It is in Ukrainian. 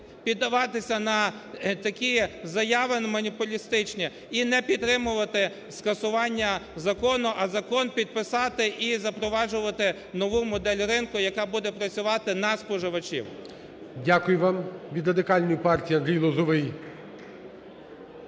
піддаватися на такі заяви маніпулістичні і не підтримувати скасування закону, а закон підписати і запроваджувати нову модель ринку, яка буде працювати на споживачів. ГОЛОВУЮЧИЙ. Дякую вам! Від Радикальної партії Андрій Лозовий.